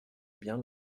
bien